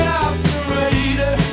operator